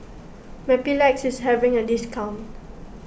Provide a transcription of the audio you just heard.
Mepilex is having a discount